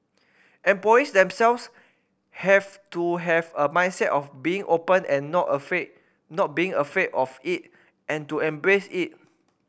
employees themselves have to have a mindset of being open and not afraid not being afraid of it and to embrace it